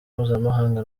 mpuzamahanga